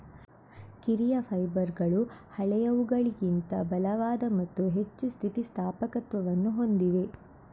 ಕಿರಿಯ ಫೈಬರ್ಗಳು ಹಳೆಯವುಗಳಿಗಿಂತ ಬಲವಾದ ಮತ್ತು ಹೆಚ್ಚು ಸ್ಥಿತಿ ಸ್ಥಾಪಕತ್ವವನ್ನು ಹೊಂದಿವೆ